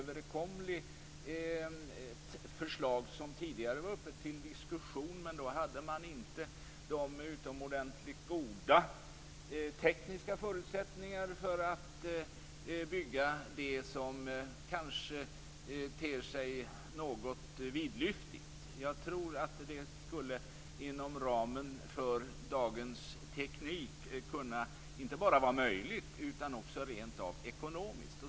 Detta förslag som på 60-talet var uppe till diskussion är inget oöverkomligt, men då hade man inte de utomordentligt goda tekniska förutsättningar som man nu har för att bygga det som kanske ter sig något vidlyftigt. Jag tror att det inom ramen för dagens teknik skulle kunna, inte bara vara möjligt utan rent av också ekonomiskt.